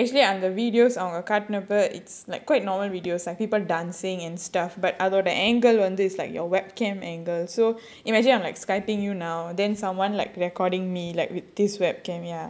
actually அவங்க:avanga videos காட்டுனப்ப:kaattunappa it's like quite normal videos like people dancing and stuff but அதோட:adhoda angle வந்து:vandhu it's like your webcam angle so imagine I'm like skyping you now then someone like recording me like with this webcam ya